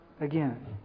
again